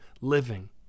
living